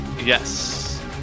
yes